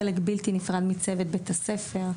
חלק בלתי נפרד מצוות בית הספר.